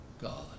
God